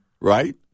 right